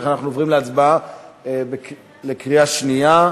לכן אנחנו עוברים להצבעה על החוק בקריאה שנייה.